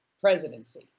presidency